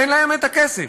אין להם הכסף.